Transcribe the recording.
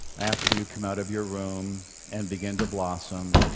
after you come out of your room and begin to blossom,